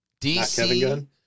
DC